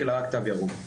אלא רק תו ירוק.